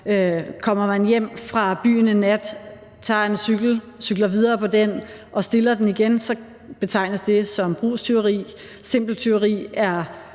kommer man hjem fra byen en nat, tager en cykel, cykler videre på den og stiller den igen, betegnes det som brugstyveri, mens simpelt tyveri er,